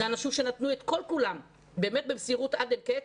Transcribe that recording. אלה אנשים שנתנו את כל כולם באמת במסירות עד אין קץ,